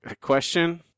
question